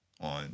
On